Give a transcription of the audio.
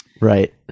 Right